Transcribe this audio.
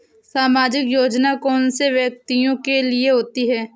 सामाजिक योजना कौन से व्यक्तियों के लिए होती है?